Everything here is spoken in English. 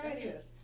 yes